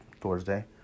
Thursday